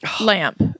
lamp